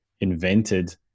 invented